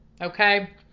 Okay